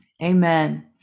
Amen